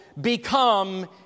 become